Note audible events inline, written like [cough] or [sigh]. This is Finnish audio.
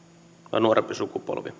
nuorempi sukupolvi [unintelligible]